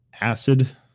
Acid